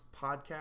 Podcast